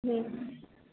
हं